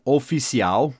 Oficial